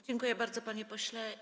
Dziękuję bardzo, panie pośle.